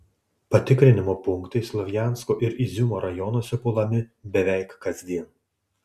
patikrinimo punktai slovjansko ir iziumo rajonuose puolami beveik kasdien